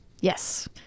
Yes